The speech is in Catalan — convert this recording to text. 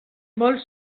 molt